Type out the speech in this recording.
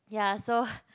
yeah so